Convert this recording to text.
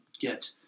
get